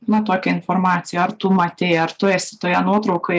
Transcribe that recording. nu tokią informaciją ar tu matei ar tu esi toje nuotraukoj